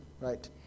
right